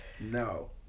no